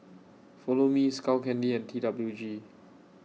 Follow Me Skull Candy and T W G